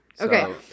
okay